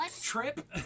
Trip